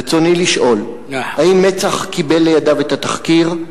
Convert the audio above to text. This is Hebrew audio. רצוני לשאול: 1. האם מצ"ח קיבל לידיו את התחקיר?